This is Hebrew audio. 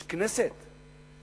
יש כנסת,